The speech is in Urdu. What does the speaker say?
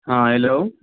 ہاں ہیلو